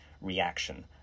reaction